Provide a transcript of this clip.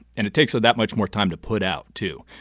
and it takes ah that much more time to put out too.